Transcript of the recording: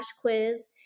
quiz